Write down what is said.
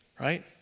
Right